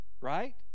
right